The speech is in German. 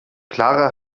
clara